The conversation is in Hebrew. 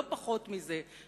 לא פחות מזה,